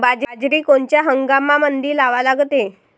बाजरी कोनच्या हंगामामंदी लावा लागते?